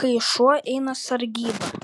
kai šuo eina sargybą